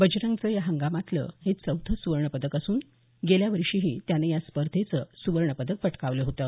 बजरंगचं या हंगामातलं हे चौथं सुवर्ण पदक असून गेल्या वर्षीही त्यानं या स्पर्धेचं सूवर्ण पदक पटकावलं होतं